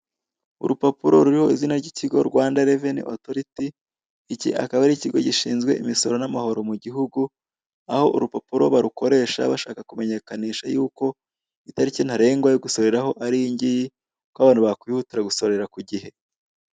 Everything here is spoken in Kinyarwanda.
Urupapuro ruriho izina ry'ikigo Rwanda reveni otoriti, iki akaba ari ikigo gishinzwe imisoro n'amahoro mu gihugu, aho urupapuro barukoresha bashaka kumenyekanisha yuko itariki ntarengwa yo gusoreraho ari iyi ngiyi ko abantu bakwihutira gusorera ku gihe.